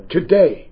today